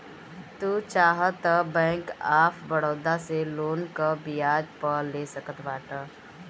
तू चाहअ तअ बैंक ऑफ़ बड़ोदा से लोन कम बियाज पअ ले सकत बाटअ